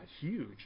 huge